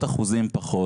בעשרות אחוזים פחות.